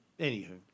Anywho